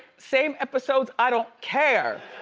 same episodes. i don't care.